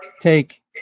take